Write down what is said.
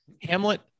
Hamlet